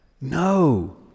No